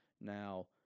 Now